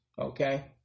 okay